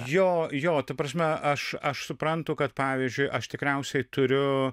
jo jo ta prasme aš aš suprantu kad pavyzdžiui aš tikriausiai turiu